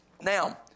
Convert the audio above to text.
Now